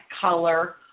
color